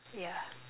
yeah